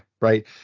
Right